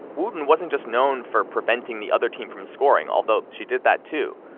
wootten wasn't just known for preventing the other team from scoring, although she did that too,